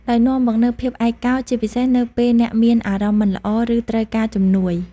ដោយនាំមកនូវ ភាពឯកកោ ជាពិសេសនៅពេលអ្នកមានអារម្មណ៍មិនល្អ ឬត្រូវការជំនួយ។